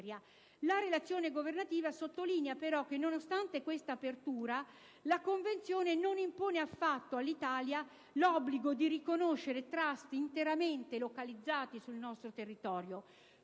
La relazione governativa sottolinea però che, nonostante quest'apertura, la Convenzione «non impone affatto all'Italia l'obbligo di riconoscere *trust* interamente localizzati sul nostro territorio.